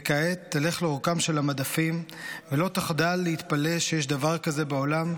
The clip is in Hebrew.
וכעת תלך לאורכם של המדפים ולא תחדל להתפלא שיש דבר כזה בעולם: